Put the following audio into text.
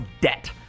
debt